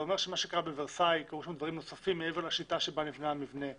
זה אומר שבורסאי קרו דברים נוספים מעבר לשיטה בה נבנה המבנה,